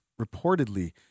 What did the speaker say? reportedly